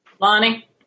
Lonnie